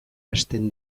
hasten